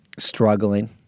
Struggling